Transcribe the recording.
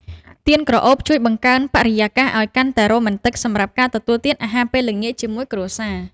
ទៀនក្រអូបជួយបង្កើនបរិយាកាសឱ្យកាន់តែរ៉ូមែនទិកសម្រាប់ការទទួលទានអាហារពេលល្ងាចជាមួយគ្រួសារ។